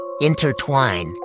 intertwine